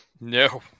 No